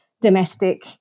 domestic